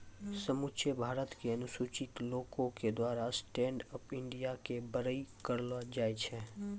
समुच्चा भारत के अनुसूचित लोको के द्वारा स्टैंड अप इंडिया के बड़ाई करलो जाय छै